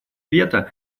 вето